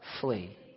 Flee